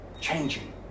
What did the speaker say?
changing